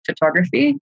photography